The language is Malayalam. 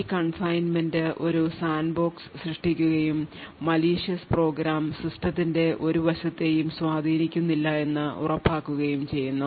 ഈ confinement ഒരു സാൻഡ്ബോക്സ് സൃഷ്ടിക്കുകയും malicious പ്രോഗ്രാം സിസ്റ്റത്തിന്റെ ഒരു വശത്തെയും സ്വാധീനിക്കുന്നില്ല എന്ന് ഉറപ്പാക്കുകയും ചെയ്യുന്നു